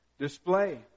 display